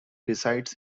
resides